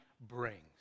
brings